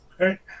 Okay